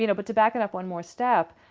you know but to back it up one more step,